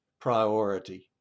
priority